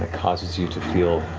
causes you to feel